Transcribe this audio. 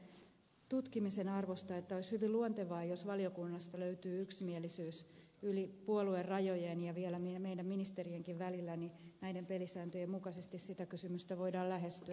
söderman puhuu on sen verran tutkimisen arvoista että olisi hyvin luontevaa jos valiokunnasta löytyy yksimielisyys yli puoluerajojen ja vielä meidän ministerienkin välillä että näiden pelisääntöjen mukaisesti sitä kysymystä voidaan lähestyä